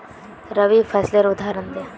रवि फसलेर उदहारण दे?